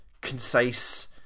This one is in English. concise